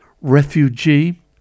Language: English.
Refugee